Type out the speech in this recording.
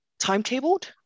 timetabled